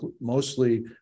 mostly